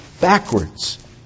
backwards